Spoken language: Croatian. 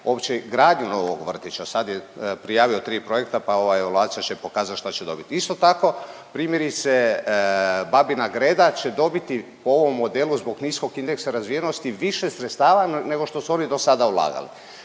uopće gradnju novog vrtića. sad je prijavio tri projekta pa ova …/Govornik se ne razumije./… će pokazati što će dobiti. Isto tako primjerice Babina Greda će dobiti po ovom modelu zbog niskog indeksa razvijenosti više sredstava nego što su oni do sada ulagali.